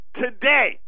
today